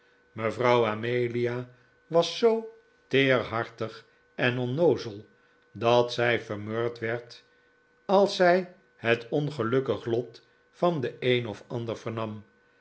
mevrouw amelia was zoo teerhartig en onnoozel dat zij vermurwd werd als zij het ongelukkig lot van den een of ander vernam